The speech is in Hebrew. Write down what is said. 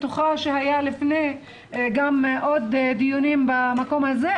כמו שהיה בעוד דיונים במקום הזה,